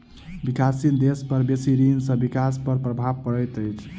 विकासशील देश पर बेसी ऋण सॅ विकास पर प्रभाव पड़ैत अछि